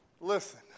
listen